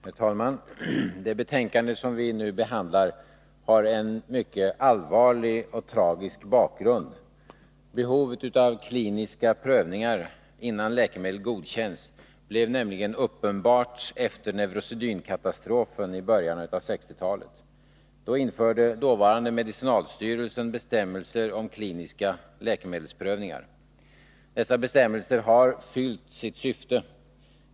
Herr talman! Det betänkande som vi nu behandlar har en mycket allvarlig och tragisk bakgrund. Behovet av kliniska prövningar innan läkemedel godkänns blev nämligen uppenbart efter Neurosedynkatastrofen i början av 1960-talet. Då införde dåvarande medicinalstyrelsen bestämmelser om kliniska läkemedelsprövningar. Dessa bestämmelser har fyllt sitt syfte.